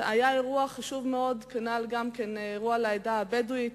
היה אירוע חשוב מאוד גם לעדה הבדואית,